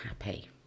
happy